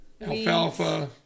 Alfalfa